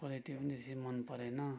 quality पनि त्यति मन परेन